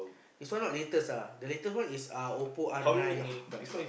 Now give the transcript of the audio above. this one not latest ah the latest one is uh Oppo-R-nine-plus